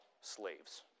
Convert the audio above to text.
slaves